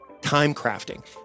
timecrafting